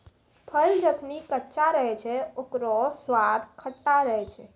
फल जखनि कच्चा रहै छै, ओकरौ स्वाद खट्टा रहै छै